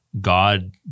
God